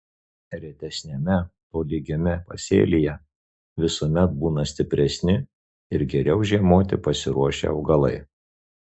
retesniame tolygiame pasėlyje visuomet būna stipresni ir geriau žiemoti pasiruošę augalai